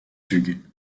hugues